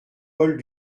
paul